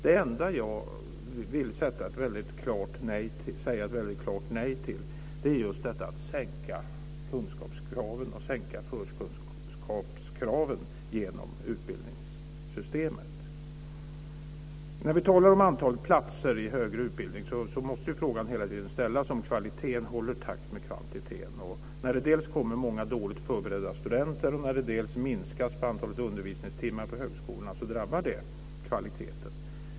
Det enda jag vill säga ett väldigt klart nej till är just detta att sänka kunskapskraven, att sänka förkunskapskraven genom utbildningssystemet. När vi talar om antalet platser i högre utbildning måste frågan hela tiden ställas om kvaliteten håller takt med kvantiteten. När det dels kommer in många dåligt förberedda studenter och när det dels minskas på antalet undervisningstimmar på högskolorna drabbar det kvaliteten.